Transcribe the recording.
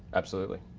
absolutely.